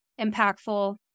impactful